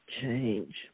change